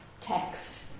text